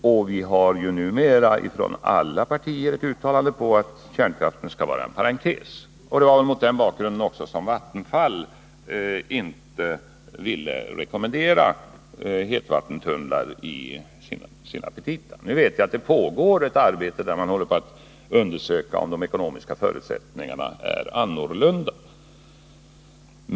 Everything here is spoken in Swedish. Alla partier är numera eniga om att kärnkraften skall vara en parentes, och det var väl mot den bakgrunden som Vattenfall inte ville rekommendera hetvattentunnlar i sina petita. Nu vet vi att man håller på att undersöka om de ekonomiska förutsättningarna är annorlunda.